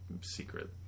secret